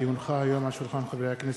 כי הונחה היום על שולחן חברי הכנסת,